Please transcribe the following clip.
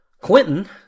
Quentin